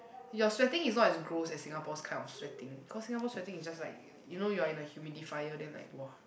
your sweating is not as gross as Singapore's kind of sweating cause Singapore sweating is just like you know you're in the humidifier then like !wah!